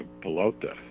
pelota